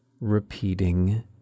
repeating